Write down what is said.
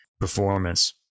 performance